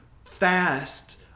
fast